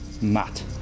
mat